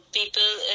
people